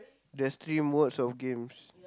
there's three modes of games